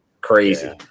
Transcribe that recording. Crazy